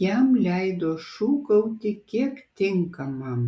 jam leido šūkauti kiek tinkamam